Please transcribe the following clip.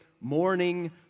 Morning